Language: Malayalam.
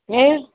ഏ